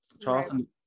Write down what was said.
Charleston